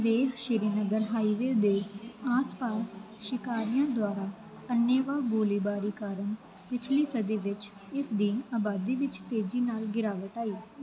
Leh Srinagar highway ਦੇ ਆਸ ਪਾਸ ਸ਼ਿਕਾਰੀਆਂ ਦੁਆਰਾ ਅੰਨ੍ਹੇਵਾਹ ਗੋਲੀਬਾਰੀ ਕਾਰਨ ਪਿਛਲੀ ਸਦੀ ਵਿੱਚ ਇਸ ਦੀ ਆਬਾਦੀ ਵਿੱਚ ਤੇਜ਼ੀ ਨਾਲ ਗਿਰਾਵਟ ਆਈ